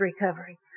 recovery